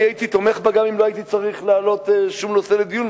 אני הייתי תומך בזה גם אם לא הייתי יכול להעלות שום נושא לדיון,